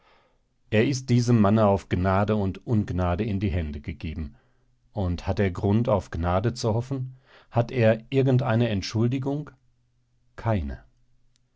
er ist diesem manne auf gnade und ungnade in die hände gegeben und hat er grund auf gnade zu hoffen hat er irgendeine entschuldigung keine